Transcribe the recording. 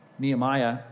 Nehemiah